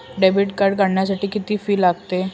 Debit card काढण्यासाठी किती fee लागते?